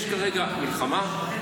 יש כרגע מלחמה,